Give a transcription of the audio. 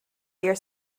ear